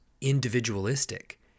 individualistic